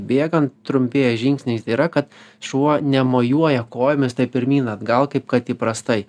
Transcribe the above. bėgant trumpėja žingsniai yra kad šuo nemojuoja kojomis taip pirmyn atgal kaip kad įprastai